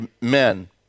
men